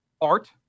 art